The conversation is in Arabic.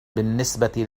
بالنسبة